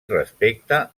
respecte